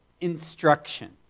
instruction